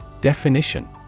Definition